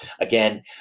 again